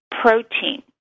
protein